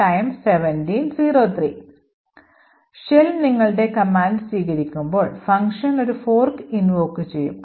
shell നിങ്ങളുടെ command സ്വീകരിക്കുമ്പോൾ function ഒരു fork invoke ചെയ്യും